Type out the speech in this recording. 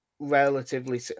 Relatively